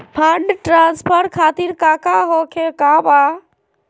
Fund transfer खातिर काका होखे का बा?